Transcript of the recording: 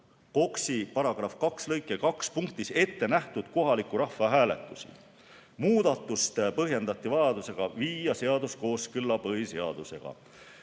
KOKS‑i § 2 lõike 2 punktis ettenähtud kohaliku rahvahääletuse. Muudatust põhjendati vajadusega viia seadus kooskõlla põhiseadusega.